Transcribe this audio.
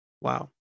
Wow